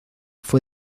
fue